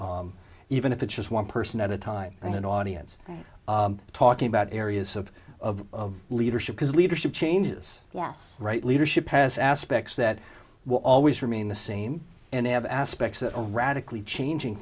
even if it's just one person at a time and an audience talking about areas of of leadership is leadership changes yes right leadership has aspects that will always remain the same and have aspects that are radically changing